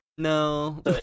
No